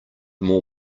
more